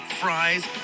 fries